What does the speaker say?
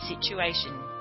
situation